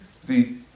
See